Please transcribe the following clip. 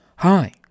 Hi